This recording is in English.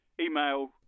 Email